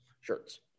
shirts